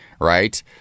right